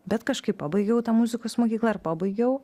bet kažkaip pabaigiau tą muzikos mokyklą ir pabaigiau